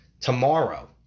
Tomorrow